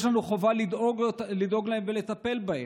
יש לנו חובה לדאוג להם ולטפל בהם.